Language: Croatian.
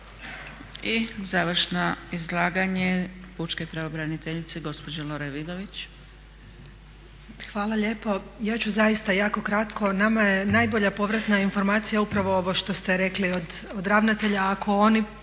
I završno izlaganje pučke pravobraniteljice gospođe Lore Vidović. **Vidović, Lora** Hvala lijepo. Ja ću zaista jako kratko. Nama je najbolja povratna informacija upravo ovo što ste rekli od ravnatelja ako oni,